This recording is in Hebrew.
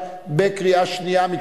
לא אוכל לבד,